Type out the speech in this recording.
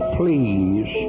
please